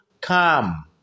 come